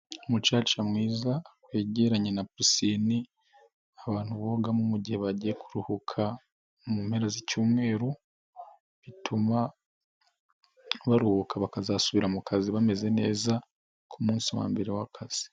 Umucaca mwiza wegeranye na pisine abantu bogamo igihe bagiye kuruhuka mu mpera z'icyumweru, bituma baruhuka bakazasubira mu kazi bameze neza ku munsi wa mbere w'akazi,